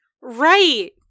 Right